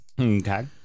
Okay